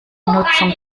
nutzung